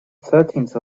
thirteenth